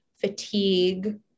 fatigue